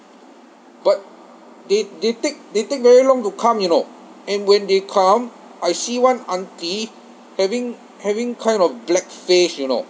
but they they take they take very long to come you know and when they come I see one aunty having having kind of black face you know